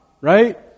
right